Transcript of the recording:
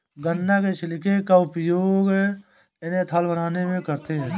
गन्ना के छिलके का उपयोग एथेनॉल बनाने में करते हैं